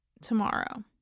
tomorrow